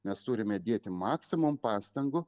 mes turime dėti maksimum pastangų